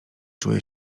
czuje